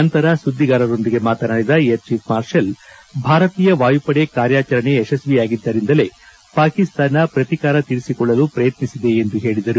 ನಂತರ ಸುದ್ಲಿಗಾರರೊಂದಿಗೆ ಮಾತನಾಡಿದ ಏರ್ಛೀಫ್ ಮಾರ್ಷೆಲ್ ಭಾರತೀಯ ವಾಯುಪಡೆ ಕಾರ್ಯಾಚರಣೆ ಯಶಸ್ವಿಯಾಗಿದ್ದರಿಂದಲೇ ಪಾಕಿಸ್ತಾನ ಪ್ರತಿಕಾರ ತೀರಿಸಿಕೊಳ್ಳಲು ಪ್ರಯತ್ನಿಸಿದೆ ಎಂದು ಹೇಳದರು